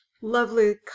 lovely